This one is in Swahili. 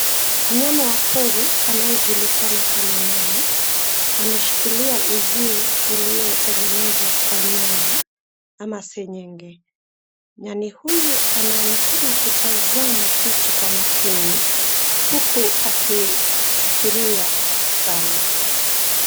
Mnyama wa pori anayejulikana kama nyani, ameshikilia uzio uliotengenezwa kwa nyaya ama seng'eng'e. Nyani huyu anaonekana kutazama kitu kwa makini, huku akifikiria sana.